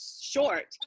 short